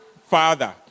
father